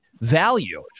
Value